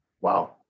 Wow